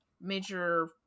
major